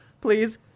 Please